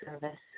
service